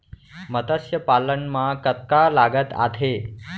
मतस्य पालन मा कतका लागत आथे?